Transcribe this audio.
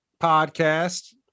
podcast